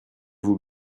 vous